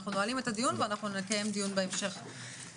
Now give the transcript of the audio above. אנחנו נועלים את הדיון ואנחנו נקיים דיון בהמשך בנושא.